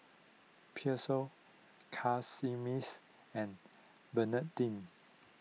Pheobe Casimirs and Bernardine